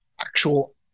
actual